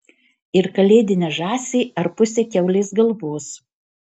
ir kalėdinę žąsį ar pusę kiaulės galvos